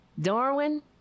Darwin